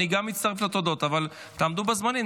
גם אני מצטרף לתודות, אבל תעמדו בזמנים.